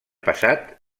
passat